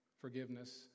forgiveness